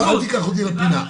אל תיקח אותי לפינה.